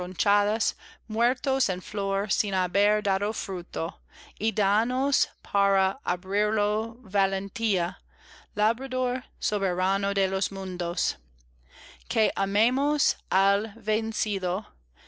muertos en flor sin haber dado fruto y danos para abrirlo valentía labrador soberano d los mundos que amemos al vencido